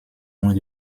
moins